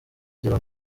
kugira